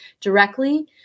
directly